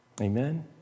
Amen